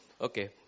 okay